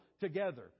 together